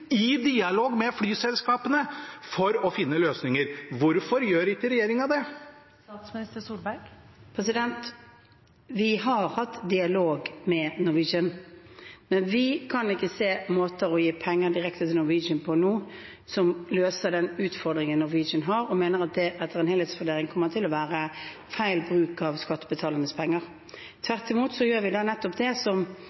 i dialog med flyselskapene for å finne løsninger. Hvorfor gjør ikke regjeringen det? Vi har hatt dialog med Norwegian. Vi kan ikke se måter å gi penger direkte til Norwegian på nå som løser den utfordringen Norwegian har, og mener at det etter en helhetsvurdering kommer til å være feil bruk av skattebetalernes penger.